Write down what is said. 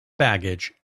baggage